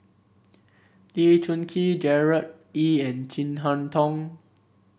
Lee Choon Kee Gerard Ee and Chin Harn Tong